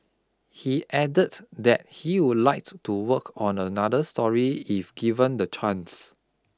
he added that he would like to work on another story if given the chance